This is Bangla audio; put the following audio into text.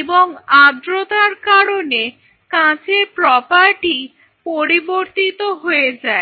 এবং আর্দ্রতার কারণে কাঁচের প্রপার্টি পরিবর্তিত হয়ে যায়